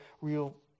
real